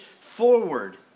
forward